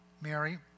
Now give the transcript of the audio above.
Mary